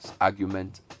argument